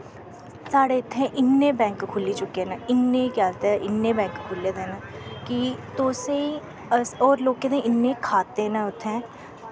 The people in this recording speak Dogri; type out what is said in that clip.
साढ़े इत्थें इन्ने बैंक खुल्ली चुक्के न इन्ने गल्ल ते इन्ने बैंक खुल्ले दे न की तुसेंई और लोकें दे इन्ने खाते नै उत्थैं